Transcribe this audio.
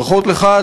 ברכות לך,